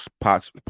parts